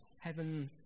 Heaven